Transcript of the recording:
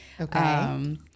Okay